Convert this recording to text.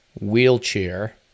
wheelchair